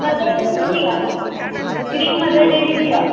mother Dairy जी आहे cream Mother Dairy जी आहे